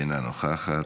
אינה נוכחת.